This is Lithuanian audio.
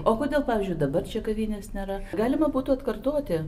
o kodėl pavyzdžiui dabar čia kavinės nėra galima būtų atkartoti